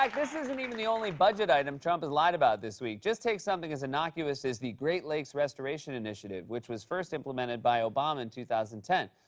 like this isn't even the only budget item trump has lied about this week. just take something as innocuous as the great lakes restoration initiative, which was first implemented by obama in two thousand and ten.